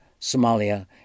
Somalia